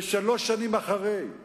ושלוש שנים אחרי כן